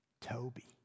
Toby